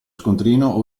scontrino